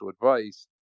advice